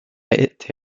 été